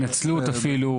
לא התנצלות אפילו,